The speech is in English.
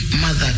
mother